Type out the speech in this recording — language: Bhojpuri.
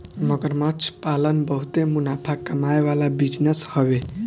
मगरमच्छ पालन बहुते मुनाफा कमाए वाला बिजनेस हवे